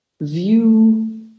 view